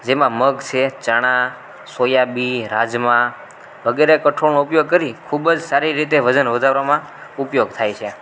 જેમાં મગ છે ચણા સોયાબીન રાજમા વગેરે કઠોળનો ઉપયોગ કરી ખૂબ જ સારી રીતે વજન વધારવામાં ઉપયોગ થાય છે